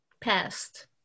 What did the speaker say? past